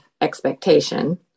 expectation